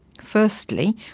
Firstly